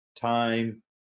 time